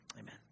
Amen